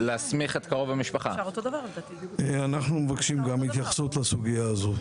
גם אנחנו מבקשים התייחסות לסוגייה הזו.